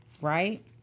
right